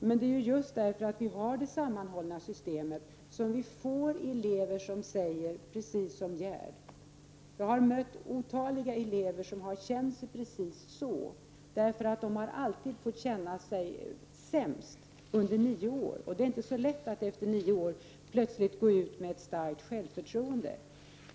Men det är ju just därför att vi har det sammanhållna systemet som vi får elever som säger precis som Gerd — jag har mött otaliga elever som har känt sig precis så, därför att de under nio år alltid har fått känna sig sämst. Då är det inte så lätt att efter nio år plötsligt gå ut med ett starkt självförtroende.